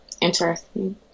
interesting